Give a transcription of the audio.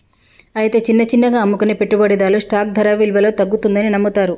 అయితే చిన్న చిన్నగా అమ్ముకునే పెట్టుబడిదారులు స్టాక్ ధర విలువలో తగ్గుతుందని నమ్ముతారు